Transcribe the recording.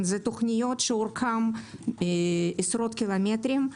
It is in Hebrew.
זה תוכניות שאורכן עשרות קילומטרים,